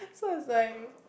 so it's like